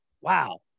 wow